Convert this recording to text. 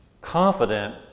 confident